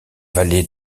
volée